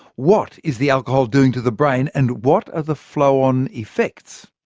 what is the alcohol doing to the brain, and what are the flow-on effects?